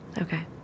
Okay